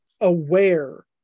aware